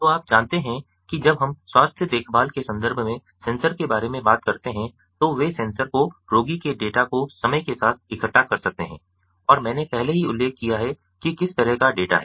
तो आप जानते हैं कि जब हम स्वास्थ्य देखभाल के संदर्भ में सेंसर के बारे में बात करते हैं तो वे सेंसर को रोगी के डेटा को समय के साथ इकट्ठा कर सकते हैं और मैंने पहले ही उल्लेख किया है कि किस तरह का डेटा है